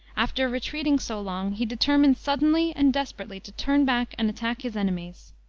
after retreating so long, he determined suddenly and desperately to turn back and attack his enemies.